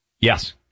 Yes